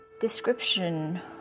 Description